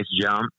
jump